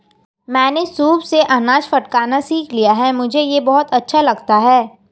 मैंने सूप से अनाज फटकना सीख लिया है मुझे यह बहुत अच्छा लगता है